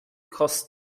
kosten